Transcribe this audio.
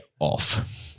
off